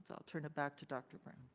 so turn it back to doctor brown.